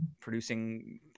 producing